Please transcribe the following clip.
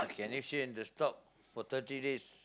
can you stay in the shop for thirty days